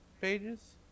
pages